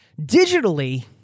digitally